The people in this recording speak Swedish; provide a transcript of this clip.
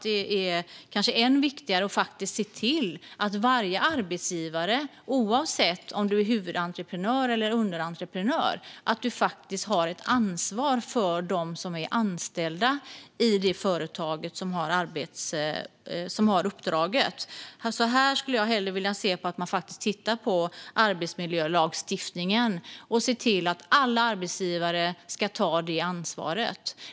Det är kanske än viktigare att se till att varje arbetsgivare, oavsett om man är huvudentreprenör eller underentreprenör, har ett ansvar för de anställda i företaget som har uppdraget. Här vill jag hellre se att man tittar på arbetsmiljölagstiftningen och ser till att alla arbetsgivare tar det ansvaret.